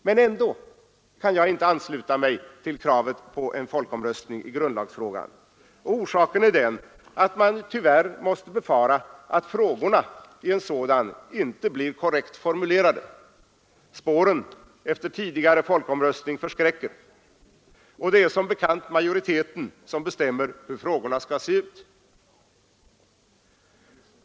Men ändå kan jag inte ansluta mig till kravet på en folkomröstning i grundlagsfrågan. Orsaken är den att man tyvärr måste befara att frågorna i en sådan inte blir korrekt formulerade. Spåren efter tidigare folkomröstning förskräcker, och det är som bekant majoriteten som bestämmer hur frågorna skall se ut.